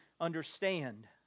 understand